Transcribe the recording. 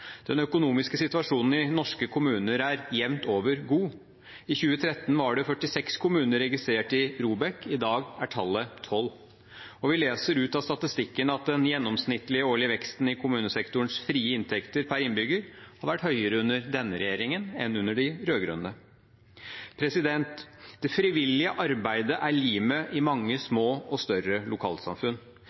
jevnt over god. I 2013 var det 46 kommuner registrert i ROBEK – i dag er tallet 12. Vi leser ut av statistikken at den gjennomsnittlige årlige veksten i kommunesektorens frie inntekter per innbygger har vært høyere under denne regjeringen enn under den rød-grønne. Det frivillige arbeidet er limet i mange små og større lokalsamfunn.